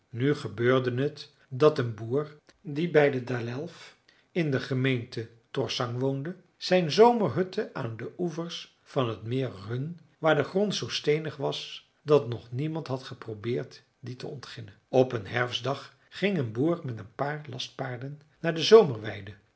nu gebeurde het dat een boer die bij de dalelf in de gemeente torsang woonde zijn zomerhutten had aan de oevers van t meer runn waar de grond zoo steenig was dat nog niemand had geprobeerd dien te ontginnen op een herfstdag ging een boer met een paar lastpaarden naar de